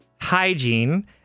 Hygiene